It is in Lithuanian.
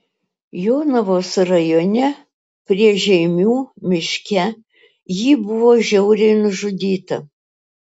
jonavos rajone prie žeimių miške ji buvo žiauriai nužudyta